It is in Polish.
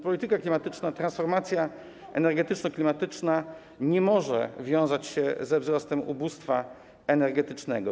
Polityka klimatyczna, transformacja energetyczno-klimatyczna nie mogą wiązać się ze wzrostem ubóstwa energetycznego.